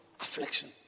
affliction